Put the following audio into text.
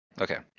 Okay